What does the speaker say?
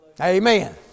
Amen